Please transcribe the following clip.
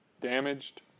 damaged